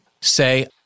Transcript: say